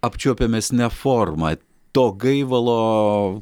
apčiuopiamesne forma to gaivalo